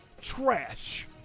trash